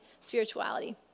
Spirituality